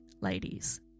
ladies